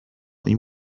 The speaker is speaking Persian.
این